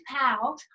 out